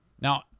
now